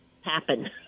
happen